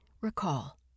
recall